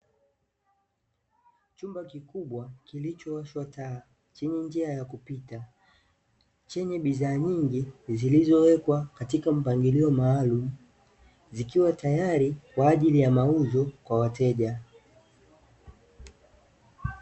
Chumba kikubwa kilichowashwa taa chenye njia ya kupita, chenye bidhaa nyingi zilizowekwa katika mpangilio maalumu zikiwa tayari kwa ajili ya mauzo kwa wateja.